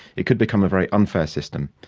it could become a very unfair system.